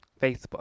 Facebook